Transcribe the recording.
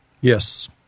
Yes